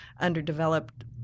underdeveloped